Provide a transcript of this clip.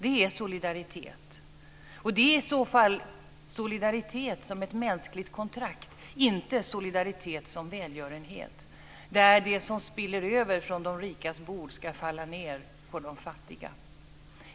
Detta är solidaritet, och det är i så fall solidaritet som ett mänskligt kontrakt - inte solidaritet som välgörenhet där det som spiller över från de rikas bord ska falla ned på de fattiga.